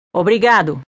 obrigado